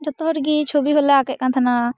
ᱡᱚᱛᱚ ᱦᱚᱲ ᱜᱮ ᱪᱷᱩᱵᱤ ᱦᱚᱞᱮ ᱟᱸᱠᱮᱫ ᱛᱟᱦᱮᱱᱟ